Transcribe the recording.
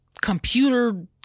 computer